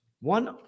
One